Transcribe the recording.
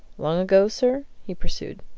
long ago, sir? he pursued.